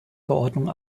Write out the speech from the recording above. verordnung